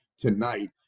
tonight